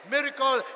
Miracle